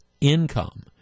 income